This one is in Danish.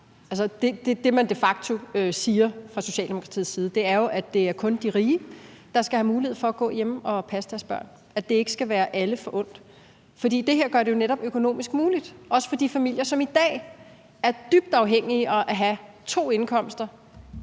Det, man de facto siger fra Socialdemokratiets side, er jo, at det kun er de rige, der skal have mulighed for at gå hjemme og passe deres børn – at det ikke skal være alle forundt. For det her gør det jo netop økonomisk muligt også for de familier, som i dag er dybt afhængige af at have to indkomster,